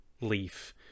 leaf